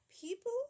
people